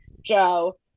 Joe